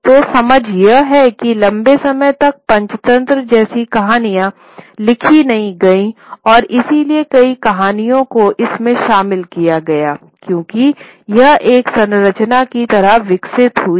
तो समझ यह है कि लंबे समय तक पंचतंत्र जैसी कहानियाँ लिखी नहीं गईं और इसलिए कई कहानियों को इसमें शामिल किया गया क्योंकि यह एक संरचना की तरह विकसित हुई है